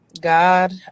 god